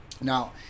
Now